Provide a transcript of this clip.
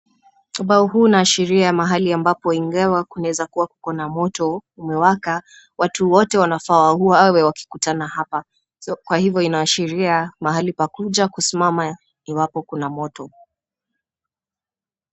Ubau huu unashiria mahali ambapo ingawa kuna weza kua na moto umewaka watu wote wanafaa wawe wakikutana hapa. Kwa hivyo inaashiria mahali pa kuja kusimama iwapo kuna moto.